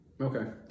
Okay